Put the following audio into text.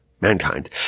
mankind